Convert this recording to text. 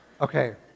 Okay